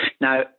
Now